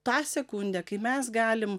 tą sekundę kai mes galim